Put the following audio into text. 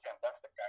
fantastic